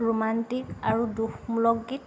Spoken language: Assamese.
ৰোমাণ্টিক আৰু দুখমূলক গীত